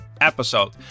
episode